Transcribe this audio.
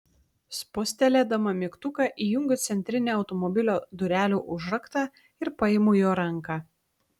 spustelėdama mygtuką įjungiu centrinį automobilio durelių užraktą ir paimu jo ranką